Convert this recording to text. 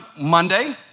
Monday